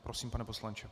Prosím, pane poslanče.